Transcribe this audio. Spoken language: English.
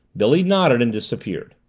billy nodded and disappeared.